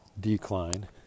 decline